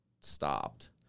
stopped